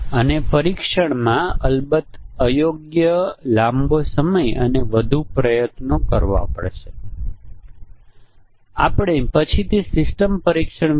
તેથી પ્રોગ્રામર કદાચ કાં 1 ભૂલી શકશે જો વર્ગ અથવા કદાચ તેણે જો ક્રિયા વર્ગમાં કંઇક ખોટું લખ્યું હશે